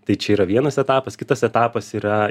tai čia yra vienas etapas kitas etapas yra